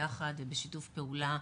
ביחד ובשיתוף פעולה,